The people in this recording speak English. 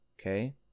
okay